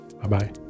Bye-bye